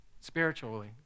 Spiritually